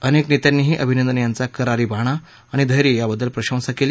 अनेक नेत्यांनीही अभिनंदन यांचा करारी बाणा आणि धैर्य याबद्दल प्रशंसा केली